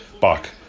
back